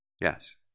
Yes